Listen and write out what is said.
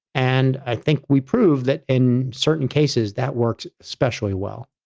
and i think we proved that in certain cases that works especially well.